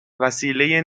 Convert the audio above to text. وسیله